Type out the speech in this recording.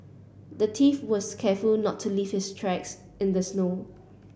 the thief was careful to not leave his tracks in the snow